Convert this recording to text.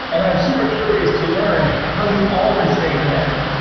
and i'm super curious to learn how you've all been staying connected.